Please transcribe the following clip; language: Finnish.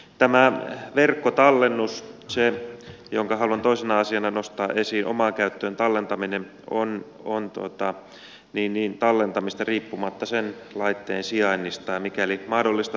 tämä verkkotallennus se minkä haluan toisena asiana nostaa esiin omaan käyttöön tallentaminen on tallentamista riippumatta sen laitteen sijainnista